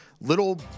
little